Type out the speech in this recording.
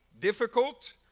difficult